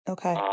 Okay